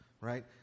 Right